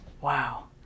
Wow